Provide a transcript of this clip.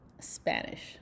Spanish